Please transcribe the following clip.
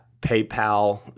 PayPal